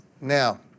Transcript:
Now